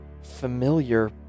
familiar